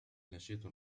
نشيط